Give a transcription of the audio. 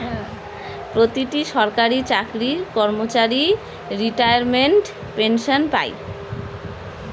প্রতিটি সরকারি চাকরির কর্মচারী রিটায়ারমেন্ট পেনসন পাই